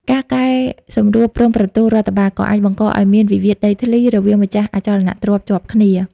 ការកែសម្រួលព្រំប្រទល់រដ្ឋបាល ក៏អាចបង្កឱ្យមានវិវាទដីធ្លីរវាងម្ចាស់អចលនទ្រព្យជាប់គ្នា។